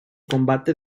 combate